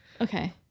Okay